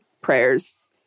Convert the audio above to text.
prayers